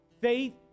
Faith